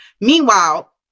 Meanwhile